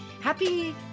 Happy